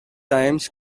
times